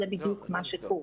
זה בדיוק מה שקורה.